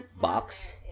box